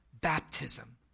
baptism